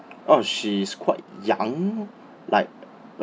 orh she is quite young like